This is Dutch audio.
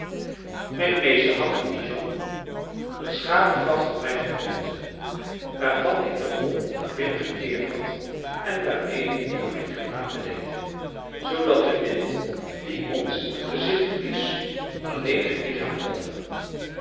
mijn meester had te dijon een schapevacht voor mij gekocht waarvan ik de wol naar binnen gekeerd had en waarmede ik mijn gelaat bedekte zoodat de wind die ons in het gezicht blies alleen mijn lichaam trof